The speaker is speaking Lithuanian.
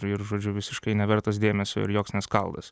ir ir žodžiu visiškai nevertas dėmesio ir joks ne skaldas